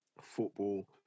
Football